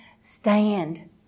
stand